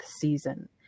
season